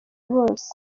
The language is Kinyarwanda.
bose